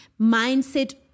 mindset